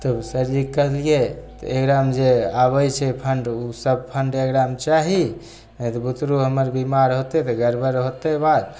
तब सरजीके कहलिए तऽ एकरामे जे आबै छै फण्ड ओसब फण्ड एकरामे चाही नहि तऽ बुतरू हमर बेमार होतै तऽ गड़बड़ होतै बात